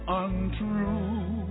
untrue